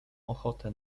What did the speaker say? ochotę